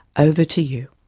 over to you.